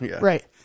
Right